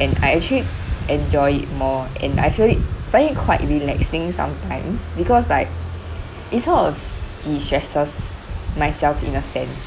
and I actually enjoy it more and I feel it find it quite relaxing sometimes because like it sort of de stresses myself in a sense